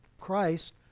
Christ